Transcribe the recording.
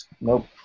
Nope